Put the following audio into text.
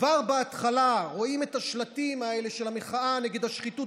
כבר בהתחלה רואים את השלטים האלה של המחאה נגד השחיתות,